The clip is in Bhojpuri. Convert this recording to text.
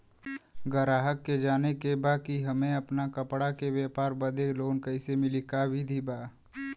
गराहक के जाने के बा कि हमे अपना कपड़ा के व्यापार बदे लोन कैसे मिली का विधि बा?